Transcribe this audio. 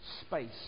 space